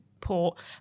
port